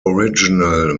original